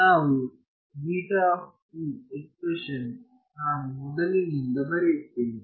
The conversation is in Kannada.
ನಮ್ಮ ಎಕ್ಸ್ಪ್ರೆಶನ್ ನಾನು ಮೊದಲಿನಿಂದ ಬರೆಯುತ್ತೇನೆ